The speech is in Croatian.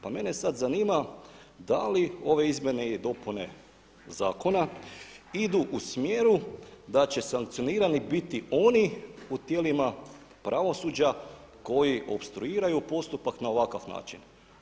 Pa mene sada zanima, da li ove izmjene i dopune zakona idu u smjeru da će sankcionirani biti oni u tijelima pravosuđa koji opstruiraju postupak na ovakav način.